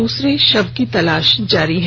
दूसरे शव की तलाश जारी है